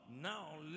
now